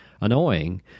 annoying